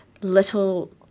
little